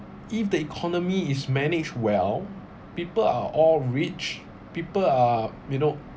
if the economy is managed well people are all rich people are you know